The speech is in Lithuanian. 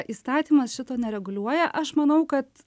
įstatymas šito nereguliuoja aš manau kad